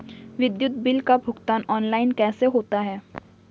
विद्युत बिल का भुगतान ऑनलाइन कैसे होता है?